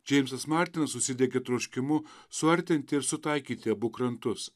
džeimsas martinas užsidegė troškimu suartinti ir sutaikyti abu krantus